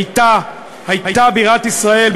הייתה בירת ישראל,